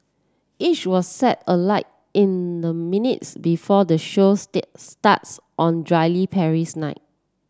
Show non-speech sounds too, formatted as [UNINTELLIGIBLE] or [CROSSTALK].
each was set alight in the minutes before the show [UNINTELLIGIBLE] starts on drily Paris night